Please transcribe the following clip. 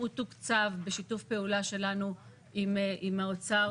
הוא תוקצב בשיתוף פעולה שלנו עם האוצר,